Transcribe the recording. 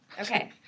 Okay